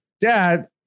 Dad